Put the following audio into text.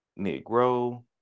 negro